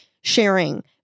sharing